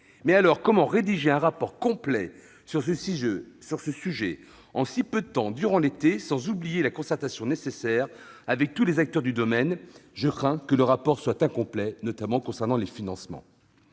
publication. Comment rédiger un rapport complet sur ce sujet, en si peu de temps, durant l'été, sans oublier la concertation nécessaire avec tous les acteurs de ce secteur ? Je crains que le rapport ne soit incomplet, notamment sur la question des financements.